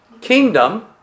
kingdom